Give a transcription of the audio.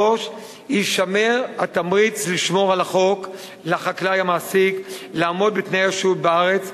3. יישמר התמריץ לשמור על החוק לחקלאי המעסיק לעמוד בתנאי השהות בארץ,